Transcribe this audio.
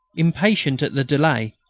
impatient at the delay,